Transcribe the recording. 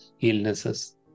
illnesses